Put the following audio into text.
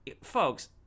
folks